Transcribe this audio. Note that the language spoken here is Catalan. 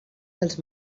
dels